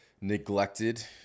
neglected